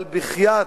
אבל בחייאת,